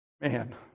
Man